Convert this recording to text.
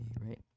Right